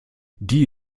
die